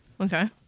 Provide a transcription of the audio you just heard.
Okay